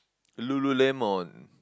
Lululemon